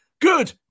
good